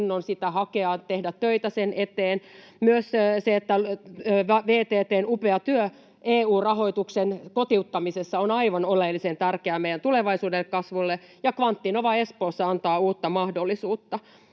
innon sitä hakea ja tehdä töitä sen eteen. Myös VTT:n upea työ EU-rahoituksen kotiuttamisessa on aivan oleellisen tärkeää meidän tulevaisuuden kasvulle, ja Kvanttinova Espoossa antaa uutta mahdollisuutta.